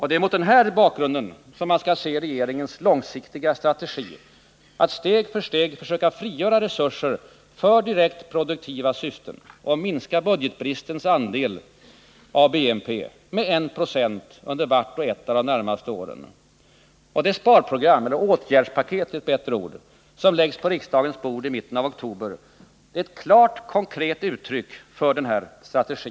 Det är mot den här bakgrunden man skall se regeringens långsiktiga strategi att steg för steg försöka frigöra resurser för direkt produktiva syften och minska budgetbristens andel av bruttonationalprodukten med 1 926 under vart och ett av de närmaste åren. Det åtgärdspaket som läggs på riksdagens bord i mitten av oktober är ett klart konkret uttryck för denna strategi.